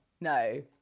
No